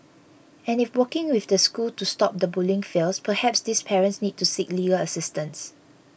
and if working with the school to stop the bullying fails perhaps these parents need to seek legal assistance